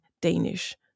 Danish